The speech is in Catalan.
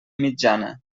mitjana